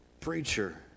preacher